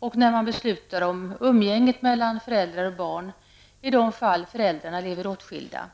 samt när man beslutar om umgänget mellan föräldrar och barn i de fall där föräldrarna lever åtskilda.